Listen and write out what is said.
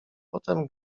potem